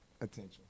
attention